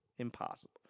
Impossible